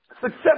Success